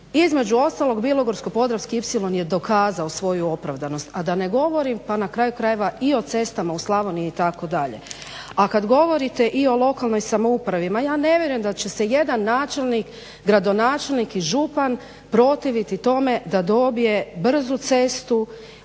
Između ostalog Bilogorsko-podravski ipsilon je dokazao svoju opravdanost a da ne govorim pa na kraju krajeva i o cestama u Slavoniji, a kad govorite i o lokalnoj samoupravi, ja ne vjerujem da će se jedan načelnik, gradonačelnik i župan protiviti tome da dobije brzu cestu